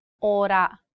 ora